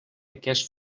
aquest